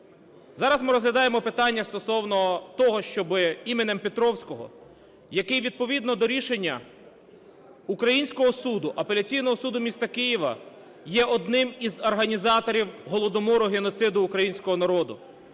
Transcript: Зараз ми розглядаємо питання стосовно того, щоби іменем Петровського, який відповідно до рішення українського суду, Апеляційного суду міста Києва, є одним із організаторів Голодомору, геноциду українського народу,